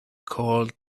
called